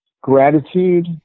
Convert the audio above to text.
Gratitude